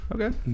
Okay